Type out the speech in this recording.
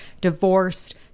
divorced